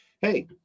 Hey